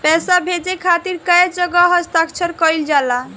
पैसा भेजे के खातिर कै जगह हस्ताक्षर कैइल जाला?